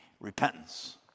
repentance